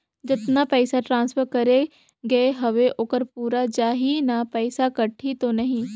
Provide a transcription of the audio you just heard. जतना पइसा ट्रांसफर करे गये हवे ओकर पूरा जाही न पइसा कटही तो नहीं?